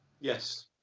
Yes